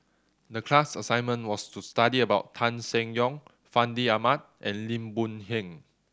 the class assignment was to study about Tan Seng Yong Fandi Ahmad and Lim Boon Heng